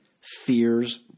fears